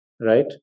Right